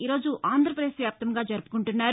ఈరోజు ఆంధ్రప్రదేశ్ వ్యాప్తంగా జరుపుకుంటున్నారు